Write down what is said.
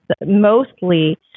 mostly